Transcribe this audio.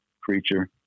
creature